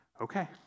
okay